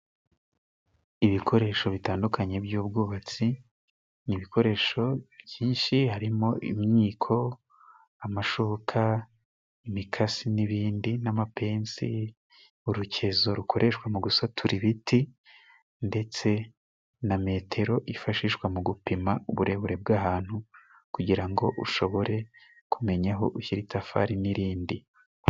Ibikoresho bitandukanye by'ubwubatsi ni ibikoresho byinshi harimo inyiko, amashoka, imikasi n'ibindi n'amapenzi, urukezo rukoreshwa mu gusatura ibiti, ndetse na metero yifashishwa mu gupima uburebure bw'ahantu, kugira ngo ushobore kumenya aho ushyira i itafari n'irindi.